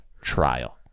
trial